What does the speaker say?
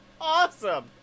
Awesome